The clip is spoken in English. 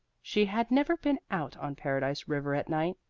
she had never been out on paradise river at night.